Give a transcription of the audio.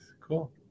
Cool